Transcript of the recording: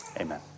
amen